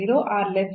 ಆದ್ದರಿಂದ